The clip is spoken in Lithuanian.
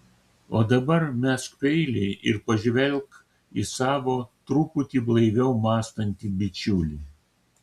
o dabar mesk peilį ir pažvelk į savo truputį blaiviau mąstantį bičiulį